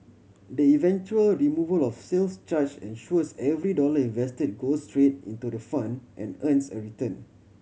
the eventual removal of sales charge ensures every dollar invested goes straight into the fund and earns a return